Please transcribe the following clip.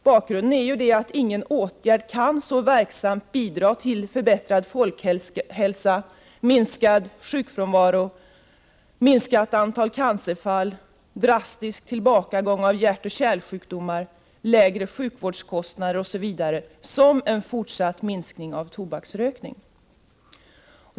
Bakgrunden är den, att ingen åtgärd kan så verksamt bidra till förbättrad folkhälsa, minskad sjukfrånvaro, minskat antal cancerfall, drastisk tillbakagång av hjärtoch kärlsjukdomar, lägre sjukvårdskostnader osv. som en fortsatt minskning av tobaksrökningen.